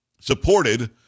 Supported